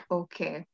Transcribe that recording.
okay